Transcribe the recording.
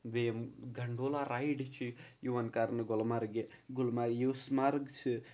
بیٚیہِ یِم gondola ride چھِ یِوان کرنہٕ گُلمرگہِ گُلمرگ یوٗسمرٕگ چھِ